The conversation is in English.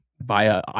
via